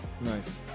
nice